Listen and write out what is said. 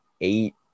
eight